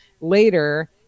later